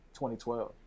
2012